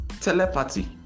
telepathy